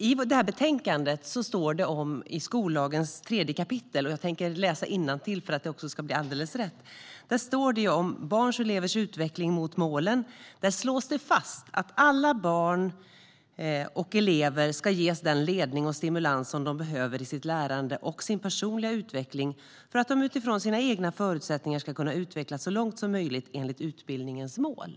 I betänkandet står det om skollagens tredje kapitel, och jag tänker läsa innantill för att det ska bli alldeles rätt. "I skollagens tredje kapitel om barns och elevers utveckling mot målen slås det fast att alla barn och elever ska ges den ledning och stimulans som de behöver i sitt lärande och sin personliga utveckling för att de utifrån sina egna förutsättningar ska kunna utvecklas så långt som möjligt enligt utbildningens mål."